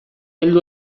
heldu